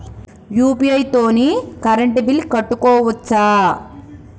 UPI తోని current bill కట్టుకోవచ్ఛా?